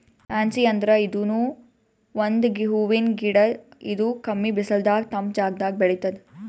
fancy ಅಂದ್ರ ಇದೂನು ಒಂದ್ ಹೂವಿನ್ ಗಿಡ ಇದು ಕಮ್ಮಿ ಬಿಸಲದಾಗ್ ತಂಪ್ ಜಾಗದಾಗ್ ಬೆಳಿತದ್